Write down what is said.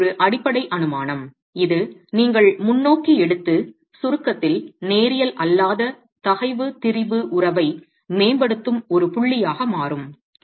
இங்கே ஒரு அடிப்படை அனுமானம் இது நீங்கள் முன்னோக்கி எடுத்து சுருக்கத்தில் நேரியல் அல்லாத தகைவு திரிபு உறவை மேம்படுத்தும் ஒரு புள்ளியாக மாறும்